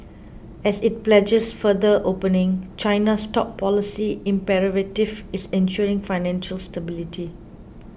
as it pledges further opening China's top policy imperative is ensuring financial stability